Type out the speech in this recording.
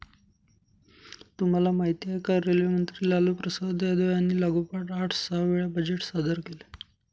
तुम्हाला माहिती आहे का? रेल्वे मंत्री लालूप्रसाद यादव यांनी लागोपाठ आठ सहा वेळा बजेट सादर केले